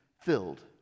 filled